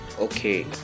Okay